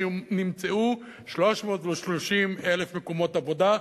שנמצאו 330,000 מקומות עבודה.